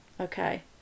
Okay